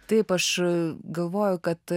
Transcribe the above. taip aš galvojau kad